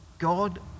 God